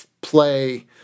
play